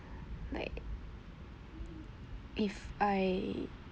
like if I